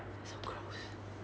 feel so gross